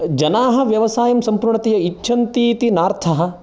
जनाः व्यवसायं संपूर्णतया इच्छन्ति इति नार्थः